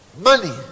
Money